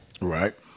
Right